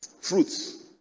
fruits